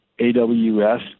AWS